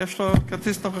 כי יש לו כרטיס נוכחות.